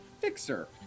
Fixer